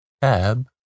tab